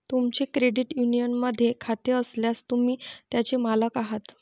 तुमचे क्रेडिट युनियनमध्ये खाते असल्यास, तुम्ही त्याचे मालक आहात